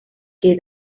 que